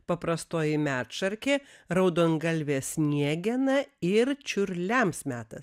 paprastoji medšarkė raudongalvė sniegena ir čiurliams metas